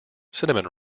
cinnamon